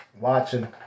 watching